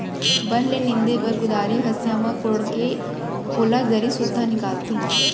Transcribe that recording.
बन ल नींदे बर कुदारी, हँसिया म कोड़के ओला जरी सुद्धा निकालथें